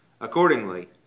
Accordingly